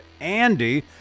Andy